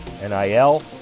NIL